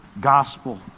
gospel